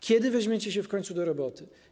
Kiedy weźmiecie się w końcu do roboty?